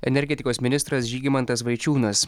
energetikos ministras žygimantas vaičiūnas